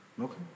Okay